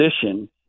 position